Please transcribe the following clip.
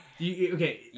okay